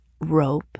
rope